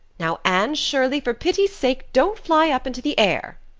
now, anne shirley, for pity's sake don't fly up into the air.